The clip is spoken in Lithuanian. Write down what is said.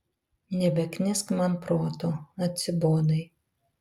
nebeknisk man proto atsibodai